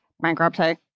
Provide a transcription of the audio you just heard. bankruptcy